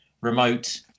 remote